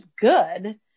good